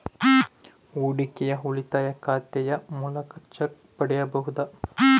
ಹೂಡಿಕೆಯ ಉಳಿತಾಯ ಖಾತೆಯ ಮೂಲಕ ಚೆಕ್ ಪಡೆಯಬಹುದಾ?